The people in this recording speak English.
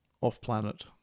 off-planet